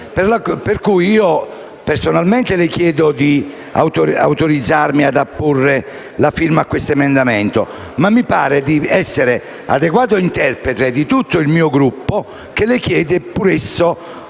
Pertanto, personalmente le chiedo di autorizzarmi ad apporre la mia firma a questo emendamento e mi pare di essere adeguato interprete di tutto il mio Gruppo, che le chiede anch'esso,